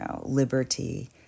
liberty